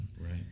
right